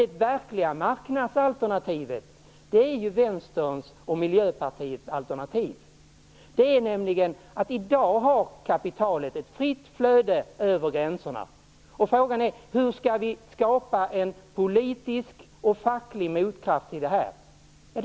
Det verkliga marknadsalternativet är ju Vänsterpartiets och Miljöpartiets alternativ. I dag har nämligen kapitalet ett fritt flöde över gränserna, och frågan är: Hur skall vi skapa en politisk och facklig motkraft till detta?